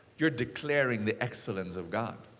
you're declaring the excellence of god.